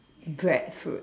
breadfruit